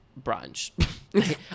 brunch